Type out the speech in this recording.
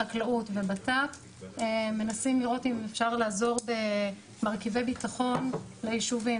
חקלאות ובט"פ מנסים לראות אם אפשר לעזור במרכיבי בטחון ליישובים,